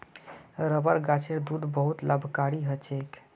rubber गाछेर दूध बहुत लाभकारी ह छेक